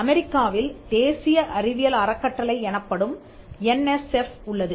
அமெரிக்காவில் தேசிய அறிவியல் அறக்கட்டளை எனப்படும் என் எஸ் எஃப் உள்ளது